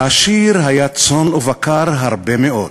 לעשיר היה צאן ובקר הרבה מאוד,